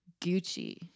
gucci